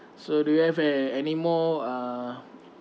so do you have a~ anymore uh